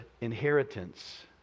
inheritance